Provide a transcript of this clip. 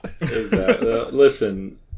Listen